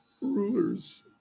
ruler's